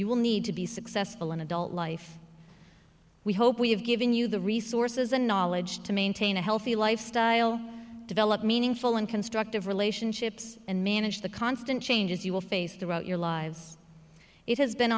you will need to be successful in adult life we hope we have given you the resources and knowledge to maintain a healthy lifestyle develop meaningful and constructive relationships and manage the constant changes you will face throughout your lives it has been